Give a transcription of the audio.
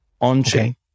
on-chain